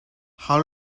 how